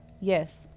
Yes